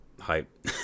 hype